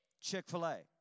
Chick-fil-A